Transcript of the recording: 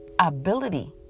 Ability